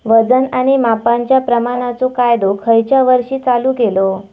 वजन आणि मापांच्या प्रमाणाचो कायदो खयच्या वर्षी चालू केलो?